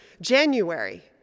January